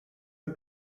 mir